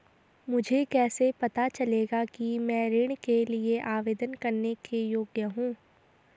मुझे कैसे पता चलेगा कि मैं ऋण के लिए आवेदन करने के योग्य हूँ?